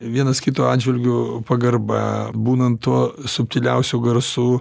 vienas kito atžvilgiu pagarba būnant tuo subtiliausiu garsu